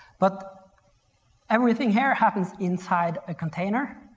but everything here happens inside a container.